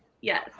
yes